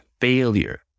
failure